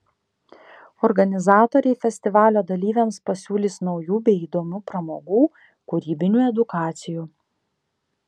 organizatoriai festivalio dalyviams pasiūlys naujų bei įdomių pramogų kūrybinių edukacijų